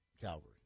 Calvary